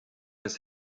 des